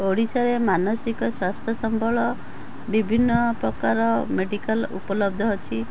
ଓଡ଼ିଶାରେ ମାନସିକ ସ୍ୱାସ୍ଥ୍ୟ ସମ୍ବଳ ବିଭିନ୍ନ ପ୍ରକାର ମେଡ଼ିକାଲ୍ ଉପଲବ୍ଧ ଅଛି